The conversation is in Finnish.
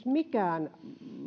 mikään